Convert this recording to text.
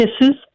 kisses